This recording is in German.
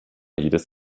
jedes